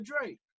Drake